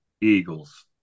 Eagles